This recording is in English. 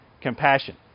compassion